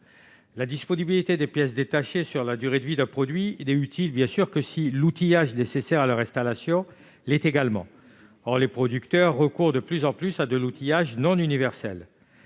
La disponibilité des pièces détachées sur la durée de vie d'un produit n'est utile, bien sûr, que si l'outillage nécessaire à leur installation est également disponible. Or les producteurs recourent de plus en plus à de l'outillage non universel.